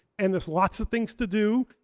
and there's lots of things to do.